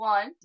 One